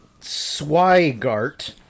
Swigart